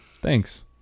Thanks